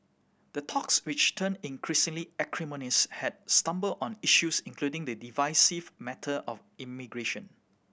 the talks which turned increasingly acrimonious had stumbled on issues including the divisive matter of immigration